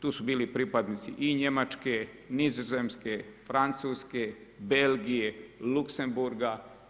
Tu su bili pripadnici i Njemačke, Nizozemske, Francuske, Belgije, Luxembourga.